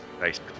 nice